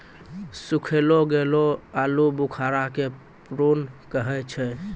सुखैलो गेलो आलूबुखारा के प्रून कहै छै